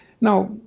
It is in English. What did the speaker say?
now